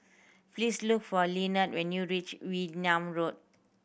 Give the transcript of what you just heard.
please look for Lynnette when you reach Wee Nam Road